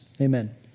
Amen